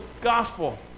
Gospel